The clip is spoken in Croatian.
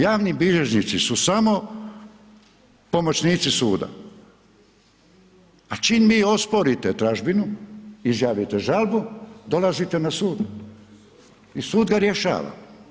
Javni bilježnici su samo pomoćnici suda, a čim vi osporite tražbinu, izjavite žalbu, dolazite na sud i sud ga rješava.